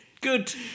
good